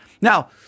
Now